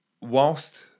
Whilst